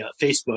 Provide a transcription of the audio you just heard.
Facebook